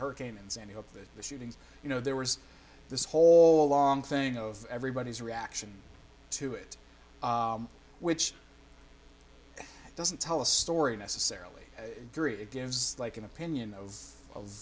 hurricane and sandy hope that the shootings you know there was this whole long thing of everybody's reaction to it which doesn't tell a story necessarily agree it gives like an opinion of